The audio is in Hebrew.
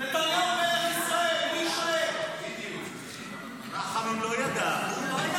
נתניהו מלך ישראל --- רחמים לא ידע.